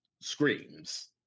screams